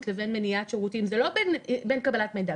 לבין מניעת שירותים זה לא בין קבלת מידע.